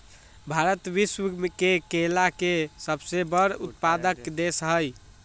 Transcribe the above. भारत विश्व में केला के सबसे बड़ उत्पादक देश हई